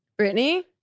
Britney